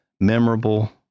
memorable